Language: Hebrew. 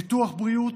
יהיה לו ביטוח בריאות,